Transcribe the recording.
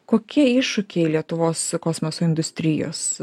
kokie iššūkiai lietuvos kosmoso industrijos